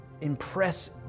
impress